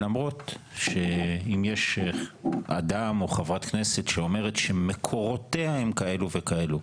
למרות שאם יש אדם או חברת כנסת שאומרת שמקורותיה הם כאלו וכאלו.